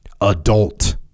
adult